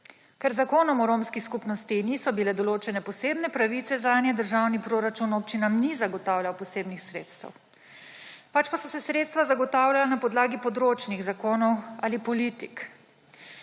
Ker z Zakonom o romski skupnosti niso bile določene posebne pravice, zanje državni proračun občinam ni zagotavljal posebnih sredstev, pač pa so se sredstva zagotavljala na podlagi področnih zakonov ali politik.